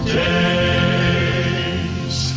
days